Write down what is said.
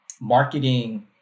marketing